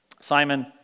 Simon